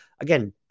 Again